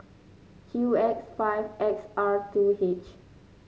Q X five X R two H